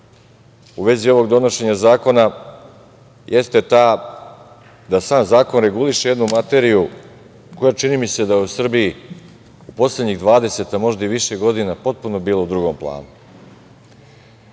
u vezi ovog donošenja zakona jeste ta da sam zakon reguliše jednu materiju koja, čini mi se, da u Srbiji u poslednjih 20, a možda i više godina, potpuno je bila u drugom planu.